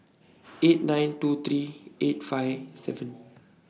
eight nine two three eight five seven